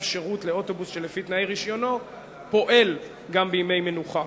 שירות לאוטובוס שלפי תנאי רשיונו פועל גם בימי מנוחה.